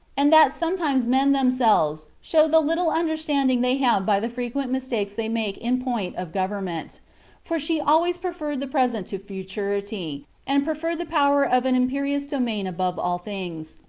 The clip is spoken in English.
and that sometimes men themselves show the little understanding they have by the frequent mistakes they make in point of government for she always preferred the present to futurity, and preferred the power of an imperious dominion above all things,